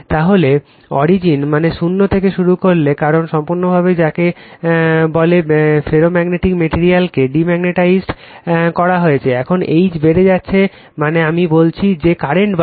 তাহলে অরিজিন মানে 0 থেকে শুরু করলে কারণ সম্পূর্ণভাবে যাকে বলে ফেরোম্যাগনেটিক ম্যাটেরিয়ালকে ডিম্যাগ্নেটাইজ করা হয়েছে এখন H বেড়ে যাচ্ছে মানে আমি বলছি যে কারেন্ট বাড়ছে